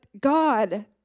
God